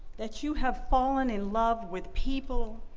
that you have fallen in love with people,